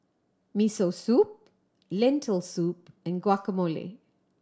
Miso Soup Lentil Soup and Guacamole